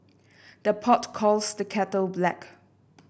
the pot calls the kettle black